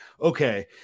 okay